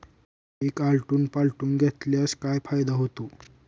पीक आलटून पालटून घेतल्यास काय फायदा होतो?